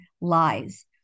lies